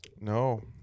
No